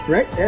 Right